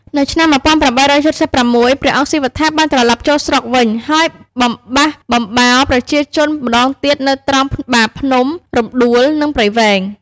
នៅឆ្នាំ ១៨៧៦ ព្រះអង្គស៊ីវត្ថាបានត្រឡប់ចូលស្រុកវិញ ហើយបំបះបំបោរប្រជាជនម្ដងទៀតនៅត្រង់បាភ្នំ រំដួល និងព្រៃវែង។